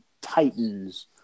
Titans